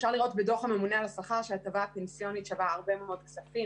אפשר לראות בדוח הממונה על השכר שההטבה הפנסיונית שווה הרבה מאוד כספים.